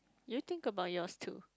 you think about yours too